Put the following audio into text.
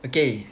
okay